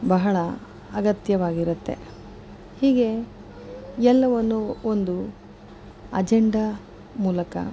ಬಹಳ ಅಗತ್ಯವಾಗಿರುತ್ತೆ ಹೀಗೆ ಎಲ್ಲವನ್ನು ಒಂದು ಅಜೆಂಡ ಮೂಲಕ